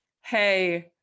Hey